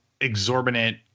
exorbitant